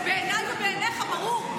בעיניי ובעיניך ברור,